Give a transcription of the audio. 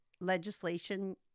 legislation